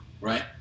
right